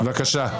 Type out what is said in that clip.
בבקשה.